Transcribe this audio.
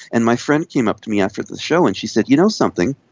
and my friend came up to me after the show and she said, you know something,